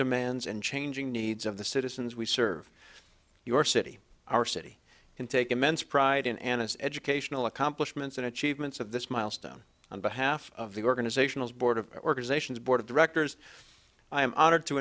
demands and changing needs of the citizens we serve your city our city can take immense pride in and its educational accomplishments and achievements of this milestone on behalf of the organizational board of organizations board of directors i am honored to